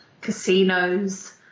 Casinos